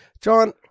John